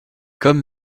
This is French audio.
comme